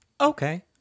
Okay